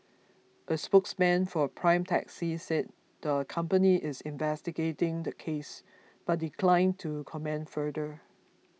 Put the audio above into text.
a spokesman for Prime Taxi said the company is investigating the case but declined to comment further